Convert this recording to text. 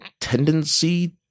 tendency